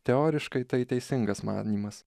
teoriškai tai teisingas manymas